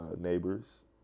neighbors